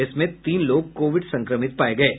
इसमें तीन लोग कोविड संक्रमित पाये गये हैं